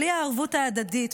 בלי הערבות ההדדית,